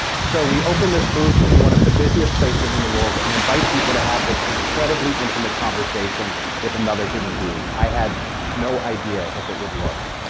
so we open this booth in one of the busiest places in the world and invite people to have this incredibly intimate conversation with another human being. i had no idea if would work,